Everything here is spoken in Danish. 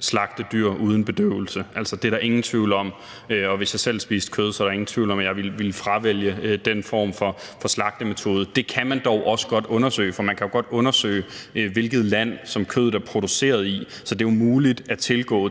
slagte dyr uden bedøvelse. Altså, det er der ingen tvivl om, og hvis jeg selv spiste kød, er der ingen tvivl om, at jeg ville fravælge den form for slagtemetode. Det kan man dog også godt undersøge, for man kan jo godt undersøge, hvilket land kødet er produceret i. Så det er jo muligt at tilgå den